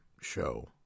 show